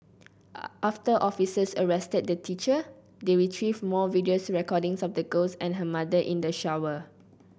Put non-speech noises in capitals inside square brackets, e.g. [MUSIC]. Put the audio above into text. [HESITATION] after officers arrested the teacher they retrieved more video recordings of the girls and her mother in the shower